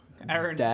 Aaron